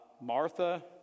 Martha